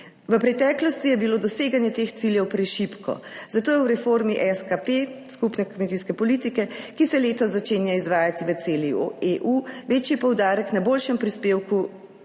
V preteklosti je bilo doseganje teh ciljev prešibko, zato je v reformi SKP skupne kmetijske politike, ki se letos začenja izvajati v celi EU, večji poudarek na boljšem prispevku